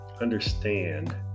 understand